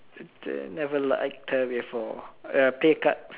never liked her before uh play card